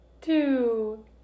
Two